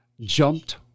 jumped